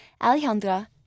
Alejandra